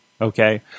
okay